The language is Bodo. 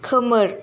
खोमोर